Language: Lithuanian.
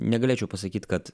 negalėčiau pasakyt kad